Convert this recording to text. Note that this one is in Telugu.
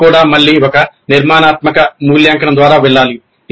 కానీ ఇది కూడా మళ్ళీ ఒక నిర్మాణాత్మక మూల్యాంకనం ద్వారా వెళ్ళాలి